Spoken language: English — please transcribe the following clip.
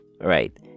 Right